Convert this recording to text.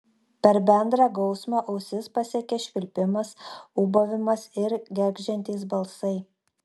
per bendrą gausmą ausis pasiekė švilpimas ūbavimas ir gergždžiantys balsai